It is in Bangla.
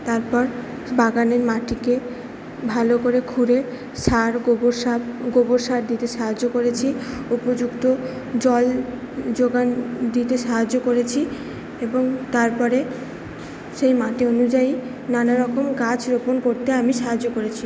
তারপর বাগানের মাটিকে ভালো করে খুঁড়ে সার গোবর সার গোবর সার দিতে সাহায্য করেছি উপযুক্ত জল জোগান দিতে সাহায্য করেছি এবং তারপরে সেই মাটি অনুযায়ী নানারকম গাছ রোপণ করতে আমি সাহায্য করেছি